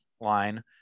line